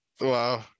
Wow